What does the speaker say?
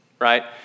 right